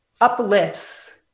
uplifts